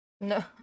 No